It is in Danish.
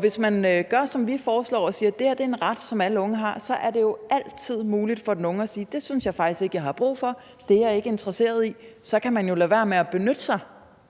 Hvis man gør, som vi foreslår, og siger, at det her er en ret, som alle unge har, så er det jo altid muligt for den unge at sige: Det synes jeg faktisk ikke jeg har brug for; det er jeg ikke interesseret i. Så kan man jo lade være med at benytte sig